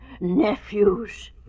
Nephews